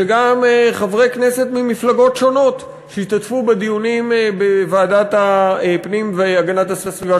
שגם חברי כנסת ממפלגות שונות שהשתתפו בדיונים בוועדת הפנים והגנת הסביבה